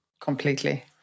completely